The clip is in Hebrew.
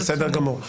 תודה.